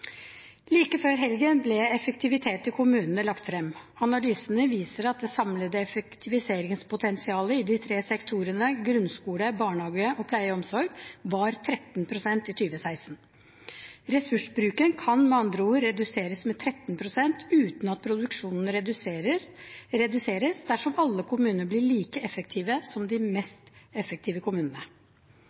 Like før helgen ble Effektivitet i kommunene lagt frem. Analysene viser at det samlede effektiviseringspotensialet i de tre sektorene grunnskole, barnehage og pleie og omsorg var 13 pst. i 2016. Ressursbruken kan med andre ord reduseres med 13 pst. uten at produksjonen reduseres, dersom alle kommuner blir like effektive som de mest effektive kommunene.